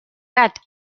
gat